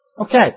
Okay